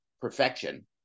perfection